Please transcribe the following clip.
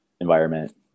environment